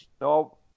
No